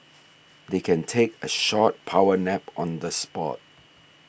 they can take a short power nap on the spot